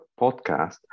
podcast